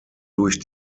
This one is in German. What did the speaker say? durch